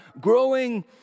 growing